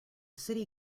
city